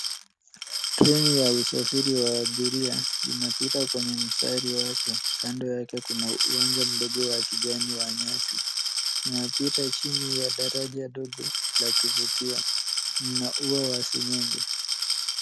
Treni ya usafiri wa abiria zinapita kwenye mstari wake. Kando yake kuna uwanja mdogo wa kijani wa nyasi ,unapita chini ya daraja dogo la kivukio na ua wa sing'enge.